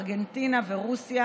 ארגנטינה ורוסיה,